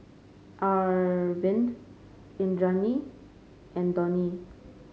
Arvind Indranee and Dhoni